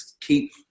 keep